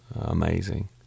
amazing